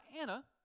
Anna